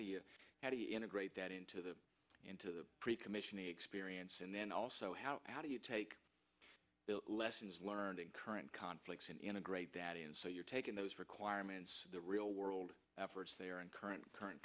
do you how do you know great that into the into the pre commissioning experience and then also how how do you take lessons learned in current conflicts and integrate that in so you're taking those requirements the real world efforts there and current current